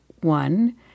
one